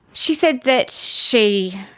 she said that she,